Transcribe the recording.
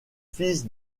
fils